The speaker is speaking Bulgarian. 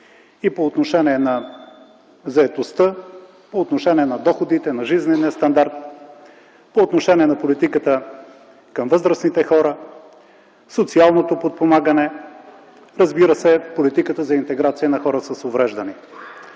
– по отношение на заетостта, на доходите, на жизнения стандарт, по отношение на политиката към възрастните хора, социалното подпомагане, политиката за интеграция на хора с увреждания.